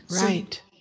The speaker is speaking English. Right